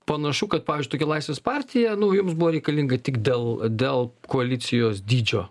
panašu kad pavyzdžiui tokia laisvės partija nu jums buvo reikalinga tik dėl dėl koalicijos dydžio